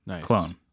clone